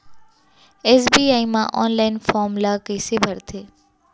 SBI म online form ल कइसे भरथे?